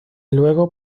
luego